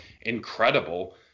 incredible